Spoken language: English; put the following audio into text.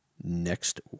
next